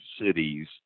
cities